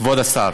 כבוד השר,